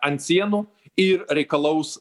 ant sienų ir reikalaus